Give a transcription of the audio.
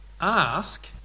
Ask